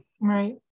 right